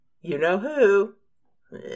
you-know-who